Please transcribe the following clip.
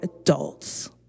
adults